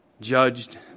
judged